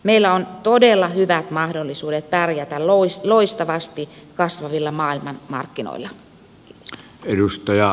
meillä on todella hyvät mahdollisuudet pärjätä loistavasti kasvavilla maailmanmarkkinoilla